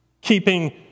Keeping